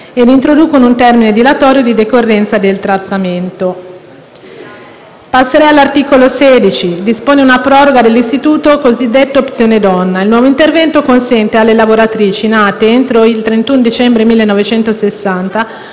e introduce un termine dilatorio di decorrenza del trattamento. L'articolo 16 dispone una proroga dell'istituto cosiddetto «opzione donna». Il nuovo intervento consente alle lavoratrici nate entro il 31 dicembre 1960